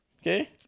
Okay